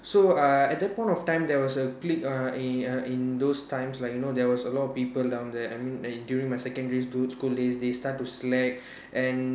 so uh at that point of time there was a clique uh in uh in those times like you know there was a lot of people down there I mean eh during my secondary school school days they start to slack and